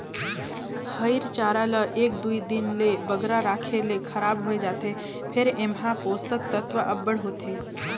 हयिर चारा ल एक दुई दिन ले बगरा राखे ले खराब होए जाथे फेर एम्हां पोसक तत्व अब्बड़ होथे